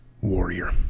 warrior